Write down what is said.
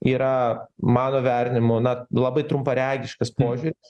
yra mano vertinimu na labai trumparegiškas požiūris